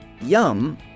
Yum